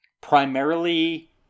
Primarily